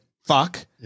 fuck